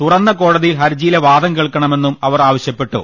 തുറന്ന കോടതിയിൽ ഹർജിയിലെ വാദം കേൾക്കണമെന്നും അവർ ആവ ശ്യപ്പെട്ടു